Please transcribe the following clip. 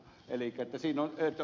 elikkä siinä on se ero